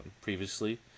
previously